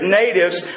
natives